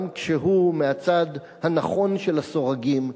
גם כשהוא מהצד הנכון של הסורגים,